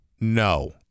No